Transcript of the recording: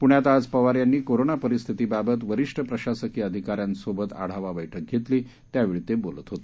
पुण्यात आज पवार यांनी कोरोना परिस्थितीबाबत वरिष्ठ प्रशासकीय अधिकाऱ्यांसोबत आढावा बैठक घेतली यावेळी ते बोलत होते